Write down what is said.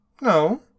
No